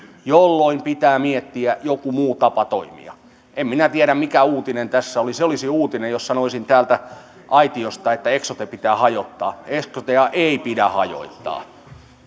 jolloin pitää miettiä joku muu tapa toimia en minä tiedä mikä uutinen tässä oli se olisi uutinen jos sanoisin täältä aitiosta että eksote pitää hajottaa eksotea ei pidä hajottaa